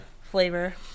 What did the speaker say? flavor